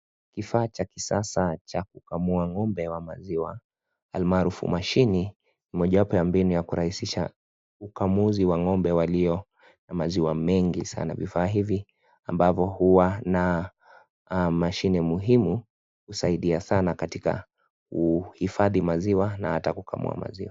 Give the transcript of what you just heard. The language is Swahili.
Kifaa Cha kisasa Cha kukamua ng'ombe wa maziwa almaarufu mashine Mojawapo ya mbinu ya kurahisisha ukamuzi wa ngombe walio na maziwa mengi sana. Vifaa hivi ambavyo huwa na mashine muhimu husaidia sana katika kuhifadhi maziwa na hata kukamua maziwa.